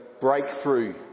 breakthrough